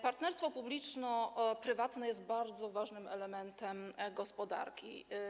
Partnerstwo publiczno-prywatne jest bardzo ważnym elementem gospodarki.